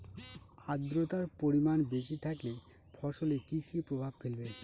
আদ্রর্তার পরিমান বেশি থাকলে ফসলে কি কি প্রভাব ফেলবে?